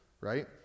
right